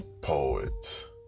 poets